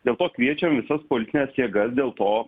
dėl to kviečiam visas politines jėgas dėl to